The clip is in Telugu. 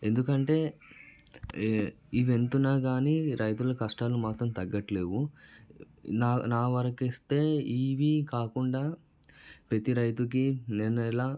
ఎందుకంటే ఇవి ఎంత ఉన్నా కానీ రైతులు కష్టాలు మాత్రం తగ్గట్లేవు నా నా వరకు ఇస్తే ఇవి కాకుండా ప్రతీ రైతుకి నేను ఎలా